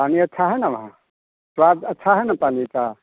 पानी अच्छा है वहाँ स्वाद अच्छा है ना पानी का